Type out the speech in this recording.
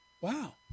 Wow